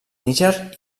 níger